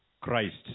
Christ